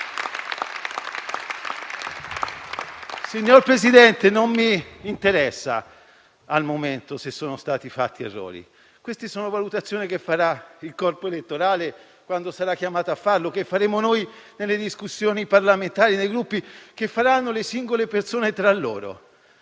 Signor Presidente, non mi interessa al momento se sono stati fatti errori. Sono valutazioni che farà il corpo elettorale quando sarà chiamato a farlo, che faremo noi nelle discussioni parlamentari, nei Gruppi, che faranno le singole persone tra di loro.